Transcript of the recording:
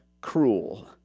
cruel